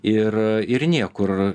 ir ir niekur